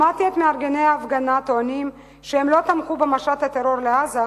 שמעתי את מארגני ההפגנה טוענים שהם לא תמכו במשט הטרור לעזה,